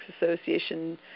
Association